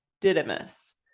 Didymus